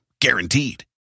Guaranteed